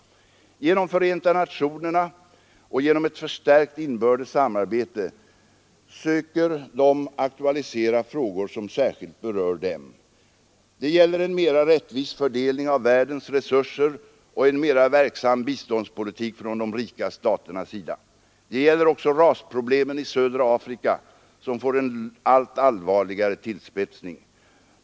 Genom Förenta nationerna och genom ett förstärkt inbördes samarbete söker de aktualisera frågor som särskilt berör dem. Det gäller en mera rättvis fördelning av världens resurser och en mera verksam biståndspolitik från de rika staternas sida. Det gäller också rasproblemen i södra Afrika, som får en allt allvarligare tillspetsning.